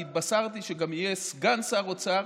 והתבשרתי שגם יהיה סגן שר אוצר,